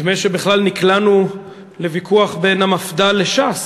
נדמה שבכלל נקלענו לוויכוח בין המפד"ל לש"ס.